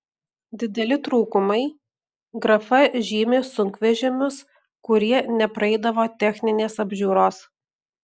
dideli trūkumai grafa žymi sunkvežimius kurie nepraeidavo techninės apžiūros